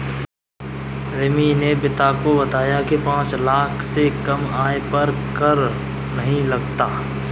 रिमी ने पिता को बताया की पांच लाख से कम आय पर कर नहीं लगता